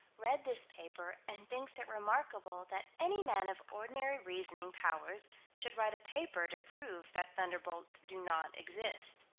read this paper and thinks it remarkable that any man of ordinary reasoning powers should write a paper to prove that thunderbolts do not exist.